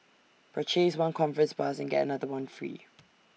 purchase one conference pass and get another one free